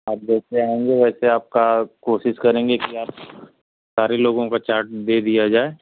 अब देखिए हम लोग ऐेसे आपका कोशिश करेंगे की आप सारे लोगों का चाट दे दिया जाए